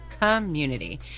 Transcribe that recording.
community